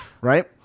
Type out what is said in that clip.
Right